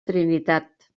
trinitat